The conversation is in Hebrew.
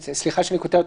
סליחה שאני קוטע אותך.